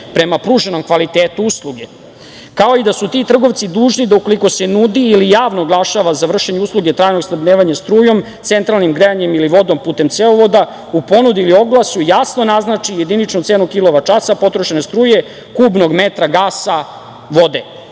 prema pruženom kvalitetu usluge, kao i da su ti trgovci dužni da ukoliko se nudi ili javno oglašava za vršenje usluge trajnog snabdevanja strujom, centralnim grejanjem ili vodom putem cevovoda, u ponudi ili oglasu jasno naznači jediničnu cenu kilovat-časa potrošene struje, kubnog metra gasa, vode.